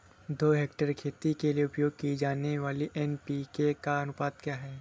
दो हेक्टेयर खेती के लिए उपयोग की जाने वाली एन.पी.के का अनुपात क्या है?